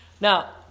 Now